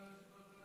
ההצעה להעביר